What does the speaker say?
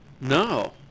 No